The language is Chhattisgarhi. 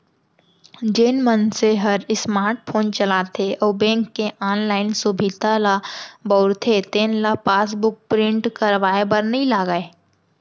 जेन मनसे हर स्मार्ट फोन चलाथे अउ बेंक के ऑनलाइन सुभीता ल बउरथे तेन ल पासबुक प्रिंट करवाए बर नइ लागय